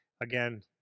again